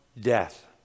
death